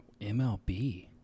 MLB